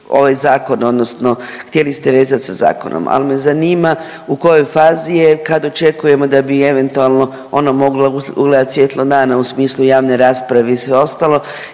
ovaj zakon odnosno htjeli ste vezati sa zakonom, ali me zanima u kojoj fazi je, kad očekujemo da bi eventualno ona mogla ugledati svjetlo dana u smislu javne rasprave i sve ostalo